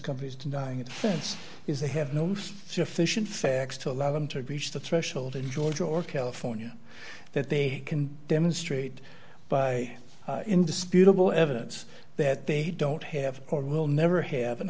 companies denying this is they have no sufficient facts to allow them to reach the threshold in georgia or california that they can demonstrate by indisputable evidence that they don't have or will never have an